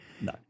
No